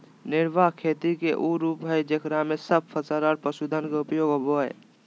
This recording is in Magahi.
निर्वाह खेती के उ रूप हइ जेकरा में सब फसल और पशुधन के उपयोग होबा हइ